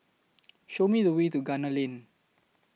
Show Me The Way to Gunner Lane